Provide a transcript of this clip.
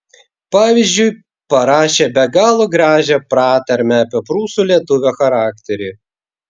pavyzdžiui parašė be galo gražią pratarmę apie prūsų lietuvio charakterį